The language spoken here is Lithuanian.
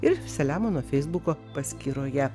ir selemono feisbuko paskyroje